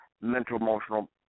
mental-emotional